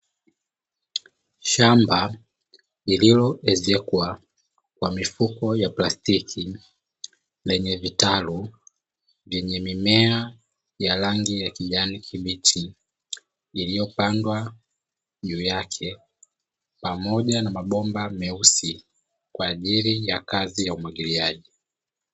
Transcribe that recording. Shamba lililoezekwa kwa mifuko ya plastiki, lenye vitalu vyenye mimea ya rangi ya kijani kibichi iliyopandwa juu yake, pamoja na mabomba meusi kwa ajili ya kazi ya umwagiliaji.